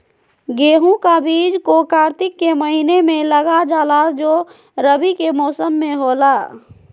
गेहूं का बीज को कार्तिक के महीना में लगा जाला जो रवि के मौसम में होला